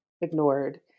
ignored